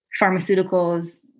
pharmaceuticals